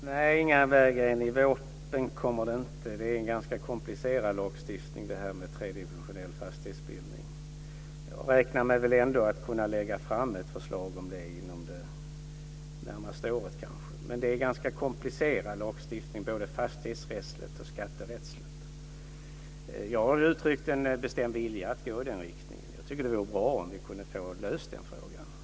Fru talman! Nej, Inga Berggren - i vårpropositionen kommer det inte. Det är en ganska komplicerad lagstiftning runt tredimensionell fastighetsbildning. Jag räknar ändå med att kunna lägga fram ett förslag om det inom det närmaste året, men det är en ganska komplicerad lagstiftning både fastighetsrättsligt och skatterättsligt. Jag har uttryckt en bestämd vilja att gå i den riktningen. Jag tycker att det vore bra om vi kunde få löst den frågan.